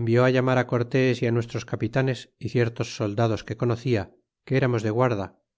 envió llamar a cortés y a nuestros capitanes y ciertos soldados que conocía que éramos de guarda